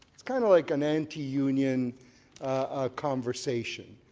it's kind of like an anti-union conversation.